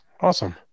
Awesome